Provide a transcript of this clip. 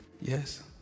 Yes